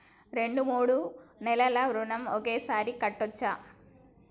రెండు మూడు నెలల ఋణం ఒకేసారి కట్టచ్చా?